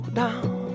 down